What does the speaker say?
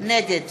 נגד